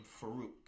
Farouk